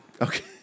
Okay